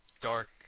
dark